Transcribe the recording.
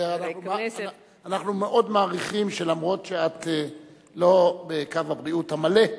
אנחנו מאוד מעריכים שלמרות שאת לא בקו הבריאות המלא,